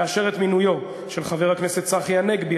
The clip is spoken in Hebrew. לאשר את מינויו של חבר הכנסת צחי הנגבי,